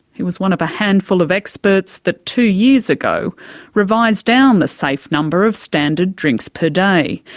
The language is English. he was one of a handful of experts that two years ago revised down the safe number of standard drinks per day.